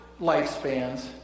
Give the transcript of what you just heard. lifespans